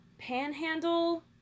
panhandle